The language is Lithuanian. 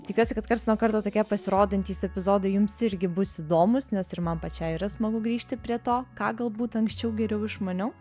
tikiuosi kad karts nuo karto tokie pasirodantys epizodai jums irgi bus įdomūs nes ir man pačiai yra smagu grįžti prie to ką galbūt anksčiau geriau išmaniau